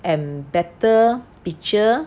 and better picture